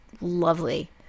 lovely